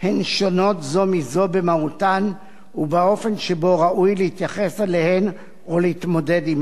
שונות זו מזו במהותן ובאופן שבו ראוי להתייחס אליהן או להתמודד עמן.